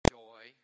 joy